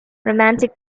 romantic